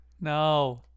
No